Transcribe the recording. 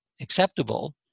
acceptable